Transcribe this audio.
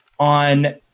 on